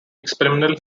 experimental